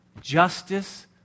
Justice